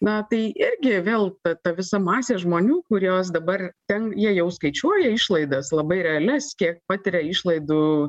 na tai irgi vėl ta visa masė žmonių kuriuos dabar ten jie jau skaičiuoja išlaidas labai realias kiek patiria išlaidų